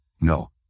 No